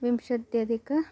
विंशत्यधिकः